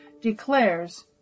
declares